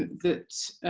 that